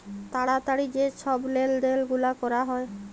তাড়াতাড়ি যে ছব লেলদেল গুলা ক্যরা হ্যয়